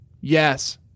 Yes